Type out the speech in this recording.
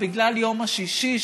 בגלל יום שישי,